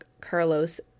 Carlos